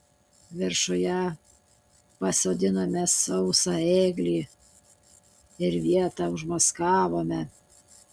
viršuje pasodinome sausą ėglį ir vietą užmaskavome